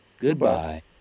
Goodbye